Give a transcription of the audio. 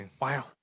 wow